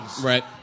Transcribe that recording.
Right